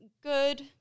good